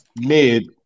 mid